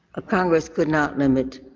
ah congress could not limit